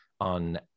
on